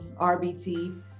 RBT